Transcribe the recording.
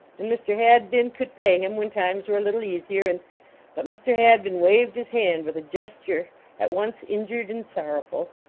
and mr. hadbin could pay him when times were a lit tle easier and but mr. hadbin waved his hand with a gesture at once injured and sorrowful.